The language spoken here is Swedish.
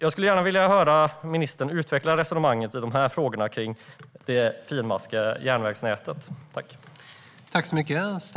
Jag skulle alltså gärna höra statsrådet utveckla resonemanget i dessa frågor gällande det finmaskiga järnvägsnätet.